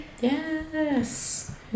Yes